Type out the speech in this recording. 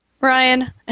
Ryan